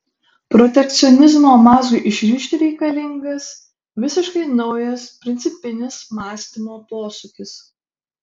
protekcionizmo mazgui išrišti reikalingas visiškai naujas principinis mąstymo posūkis